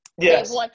Yes